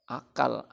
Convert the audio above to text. akal